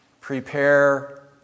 Prepare